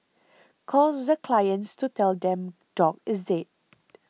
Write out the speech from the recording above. calls the clients to tell them dog is dead